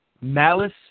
Malice